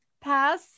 pass